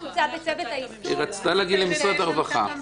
היא רצתה להגיד למשרד הרווחה.